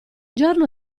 giorno